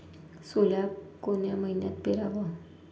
सोला कोन्या मइन्यात पेराव?